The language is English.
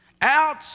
out